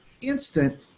instant